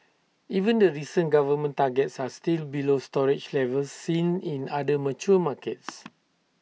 even the recent government targets are still below storage levels seen in other mature markets